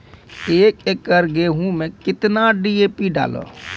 एक एकरऽ गेहूँ मैं कितना डी.ए.पी डालो?